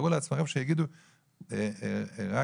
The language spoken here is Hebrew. אני